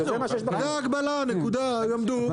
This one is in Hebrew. הגבלנו,